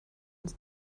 ist